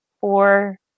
four